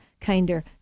kinder